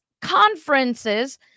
conferences